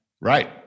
Right